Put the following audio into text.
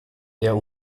der